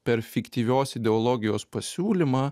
per fiktyvios ideologijos pasiūlymą